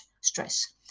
stress